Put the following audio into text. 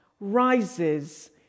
rises